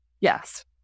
Yes